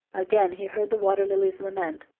again he heard the water-lily's lament,